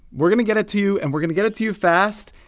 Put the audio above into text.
we're going to get it to you, and we're going to get it to you fast.